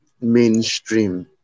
mainstream